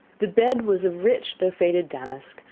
the bed was of rich though faded damask,